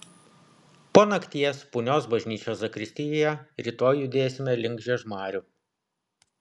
po nakties punios bažnyčios zakristijoje rytoj judėsime link žiežmarių